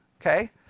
Okay